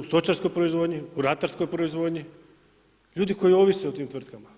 u stočarskoj proizvodnji, u ratarskoj proizvodnji, ljudi koji ovise o tim tvrtkama.